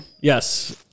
Yes